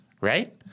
right